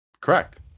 Correct